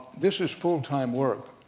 this is full time work.